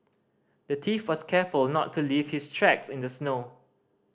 the thief was careful not to leave his tracks in the snow